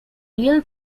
real